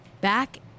back